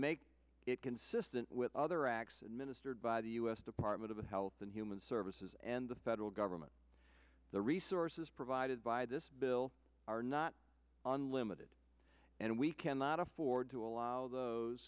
make it consistent with other acts administered by the u s department of health and human services and the federal government the resources provided by this bill are not unlimited and we cannot afford to allow those